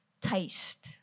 taste